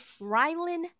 rylan